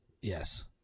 Yes